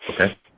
Okay